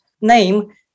name